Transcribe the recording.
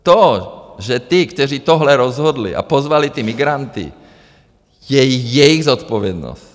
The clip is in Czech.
To, že ty, kteří tohle rozhodli a pozvali ty migranty, je jejich zodpovědnost.